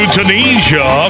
Tunisia